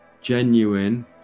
genuine